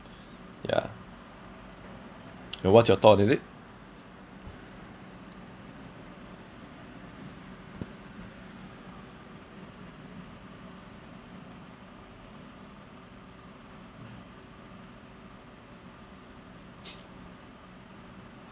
yeah and what's your thought with it